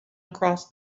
across